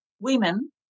women